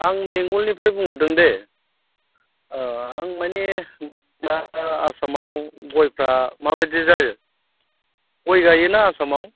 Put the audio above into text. आं बेंगलनिफ्राय बुंहरदों दे औ आं माने दा आसामाव गयफ्रा माबायदि जायो गय गायोना आसामाव